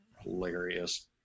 hilarious